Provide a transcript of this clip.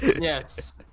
Yes